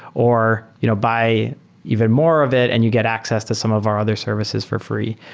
or you know by even more of it and you get access to some of our other services for free.